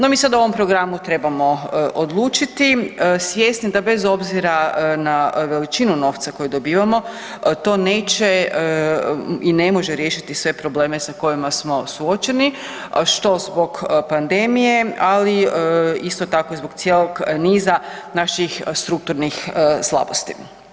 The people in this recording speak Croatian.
No mi sada o ovom programu trebamo odlučiti, svjesni da bez obzira na veličinu novca koje dobivamo to neće i ne može riješiti sve probleme sa kojima smo suočeni, što zbog pandemije, ali isto tako i zbog cijelog niza naših strukturnih slabosti.